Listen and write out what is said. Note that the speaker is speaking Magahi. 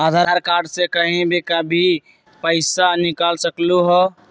आधार कार्ड से कहीं भी कभी पईसा निकाल सकलहु ह?